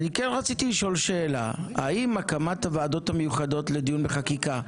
אני רציתי לשאול שאלה: האם הקמת הוועדות המיוחדות לדיון בחקיקה,